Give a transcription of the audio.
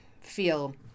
feel